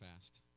fast